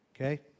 Okay